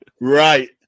Right